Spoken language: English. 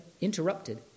interrupted